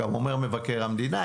גם אומר מבקר המדינה,